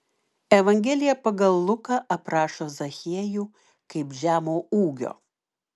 evangelija pagal luką aprašo zachiejų kaip žemo ūgio